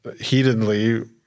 heatedly